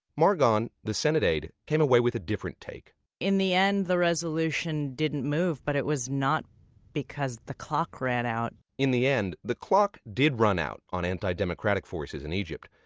margon, the senate aide, came away with a different take in the end, the resolution didn't move. but it was not because the clock ran out. in the end, the clock did run out on anti-democratic forces in egypt.